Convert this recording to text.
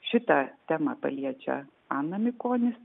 šitą temą paliečia ana mikonis